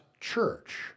church